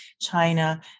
China